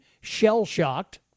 shell-shocked